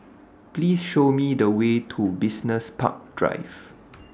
Please Show Me The Way to Business Park Drive